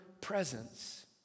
presence